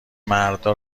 مردا